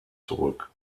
zurück